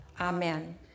Amen